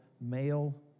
male